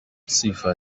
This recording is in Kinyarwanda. sifa